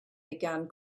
began